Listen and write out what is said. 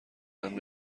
امن